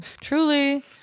Truly